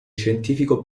scientifico